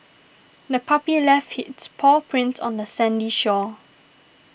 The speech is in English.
the puppy left its paw prints on the sandy shore